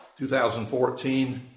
2014